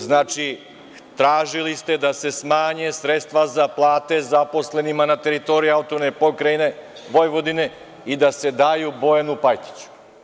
Znači, tražili ste da se smanje sredstva za plate zaposlenima na teritoriji AP Vojvodine i da se daju Bojanu Pajtiću.